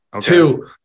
Two